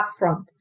upfront